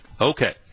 Okay